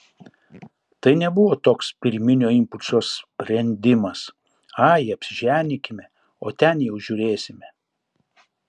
tai nebuvo toks pirminio impulso sprendimas ai apsiženykime o ten jau žiūrėsime